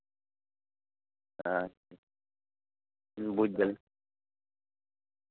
ᱟᱪᱪᱷᱟ ᱵᱩᱡᱽ ᱫᱟᱹᱧ